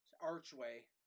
archway